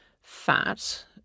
fat